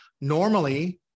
normally